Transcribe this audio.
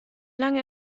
lange